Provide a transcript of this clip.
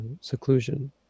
seclusion